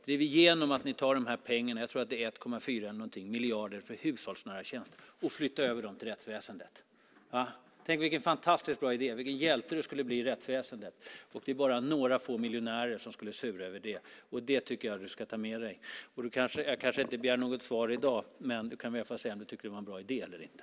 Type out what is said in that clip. Driv igenom att ni tar pengarna - jag tror att det är 1,4 miljarder - för hushållsnära tjänster och flyttar över dem till rättsväsendet! Tänk vilken fantastiskt bra idé. Vilken hjälte du skulle bli i rättsväsendet. Det är bara några få miljonärer som skulle sura över det. Det tycker jag att du ska ta med dig. Jag begär inget svar i dag, men du kan väl i alla fall säga om du tycker att det är en bra idé eller inte.